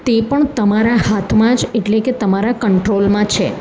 તે પણ તમારા હાથમાં જ એટલે કે તમારા કંટ્રોલમાં છે